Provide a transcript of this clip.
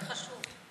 בסדר, זה חשוב.